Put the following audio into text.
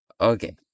Okay